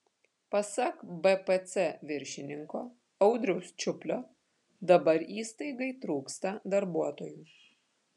pasak bpc viršininko audriaus čiuplio dabar įstaigai trūksta darbuotojų